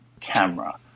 camera